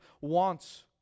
wants